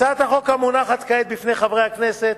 הצעת החוק המונחת כעת בפני חברי הכנסת